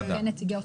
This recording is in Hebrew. כנציגי אופוזיציה?